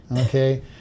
okay